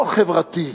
לא חברתי,